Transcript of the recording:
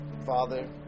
Father